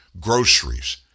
groceries